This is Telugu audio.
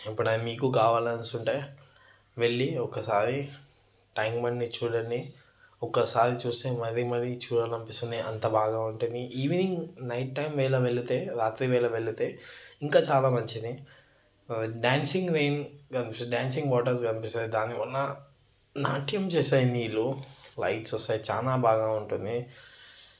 ఎప్పుడైనా మీకు కావాలసుకుంటే వెళ్ళి ఒకసారి ట్యాంక్ బండ్ని చూడండి ఒకసారి చూస్తే మళ్ళీ మళ్ళీ చూడాలనిపిస్తుంది అంత బాగా ఉంటుంది ఈవినింగ్ నైట్ టైం వేళ వెళితే రాత్రివేళ వెళితే ఇంకా చాలా మంచిది డాన్సింగ్ రెయిన్ కనిపిస్తుంది డాన్సింగ్ వాటర్స్ కనిపిస్తుంది దానివలన నాట్యం చేసే నీరు లైట్స్ వస్తాయి చాలా బాగా ఉంటుంది